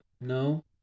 no